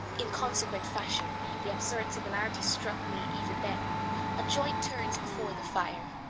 inconsequent fashion the absurd similarity struck me even then a joint turns before the fire.